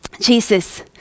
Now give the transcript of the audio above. jesus